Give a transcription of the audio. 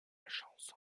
chanson